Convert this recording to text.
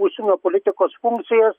užsienio politikos funkcijas